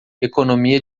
economia